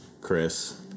Chris